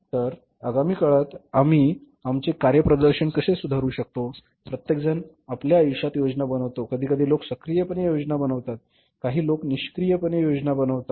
तर आगामी काळात आम्ही आमचे कार्यप्रदर्शन कसे सुधारू शकतो प्रत्येकजण आपल्या आयुष्यात योजना बनवतो कधीकधी लोक सक्रियपणे योजना बनवतात काही लोक निष्क्रीयपणे योजना आखतात